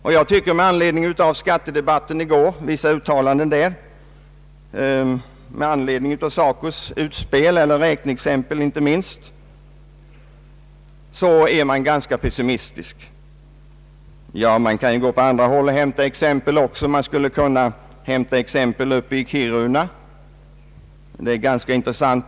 Vissa uttalanden i skattedebatten i går och därtill, inte minst SACO:s s.k. räkneexempel, gör mig ganska pessimistisk. Man kan också hämta exempel på andra håll, t.ex. uppe i Kiruna och från gruvkonflikten, vilket är ganska intressant.